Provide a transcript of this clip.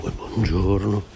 buongiorno